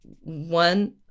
one